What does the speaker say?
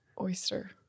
Oyster